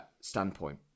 standpoint